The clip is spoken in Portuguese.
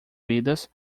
vidas